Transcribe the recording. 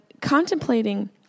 contemplating